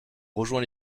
rejoint